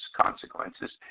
consequences